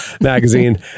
magazine